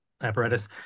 apparatus